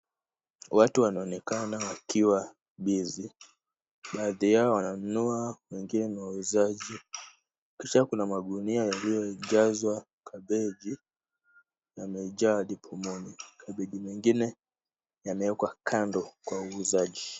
Watu wanaonekana wakiwa busy . Baadhi yao wananunua wengine ni wauzaji. Kisha kuna magunia yaliyoegezwa kabeji yamejaa hadi pomoni. Kabeji nyingine imewekwa kando kwa wauzaji.